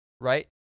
Right